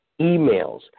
emails